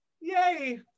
Yay